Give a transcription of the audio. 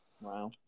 Wow